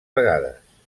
vegades